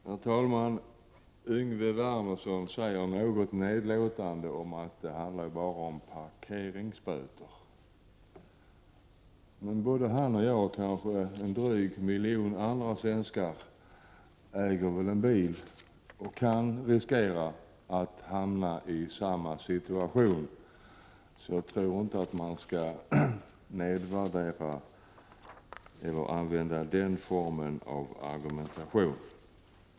Herr talman! Yngve Wernersson säger något nedlåtande att det bara handlar om parkeringsböter. Men både han och jag, och kanske drygt en miljon andra svenskar, äger en bil och kan riskera att hamna i samma situation, så jag tror inte att man skall göra en nedvärdering eller använda den formen av argumentation.